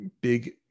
big